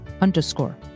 underscore